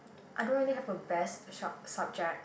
I don't really have a best sub~ subject